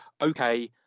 okay